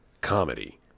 comedy